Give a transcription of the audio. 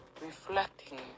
reflecting